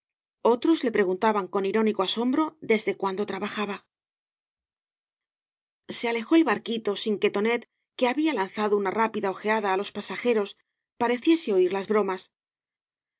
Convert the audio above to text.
otros le preguntaban con irónico asombro desde cuándo trabajaba cañas se alejó el barquito sin que tonet que había lanzado una rápida ojeada á los pasajeros pareciese oir las bromas